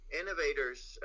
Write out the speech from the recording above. innovators